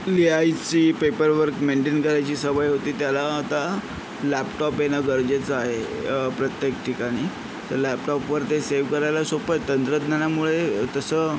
लिहायची paperwork maintain करायची सवय होती त्याला आता लॅपटॉप येणं गरजेचं आहे प्रत्येक ठिकाणी तर लॅपटॉपवर ते सेव करायला सोपं तंत्रज्ञानामुळे तसं